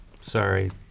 sorry